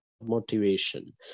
motivation